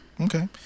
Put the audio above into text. Okay